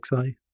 XI